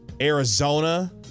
Arizona